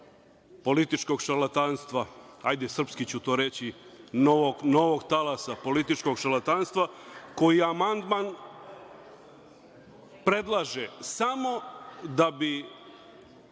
političkog šarlatanstva, hajde srpski ću to reći, novog talasa političkog šarlatanstva koji je amandman predlaže samo da bi